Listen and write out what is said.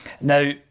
Now